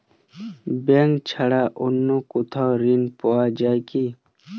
Bank ছাড়া অন্য কোথাও ঋণ পাওয়া যায় কি?